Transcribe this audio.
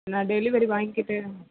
நான் டெலிவரி வாங்கிக்கிட்டு